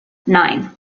nine